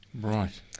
Right